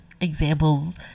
examples